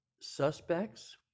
suspects